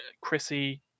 Chrissy